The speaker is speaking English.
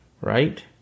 Right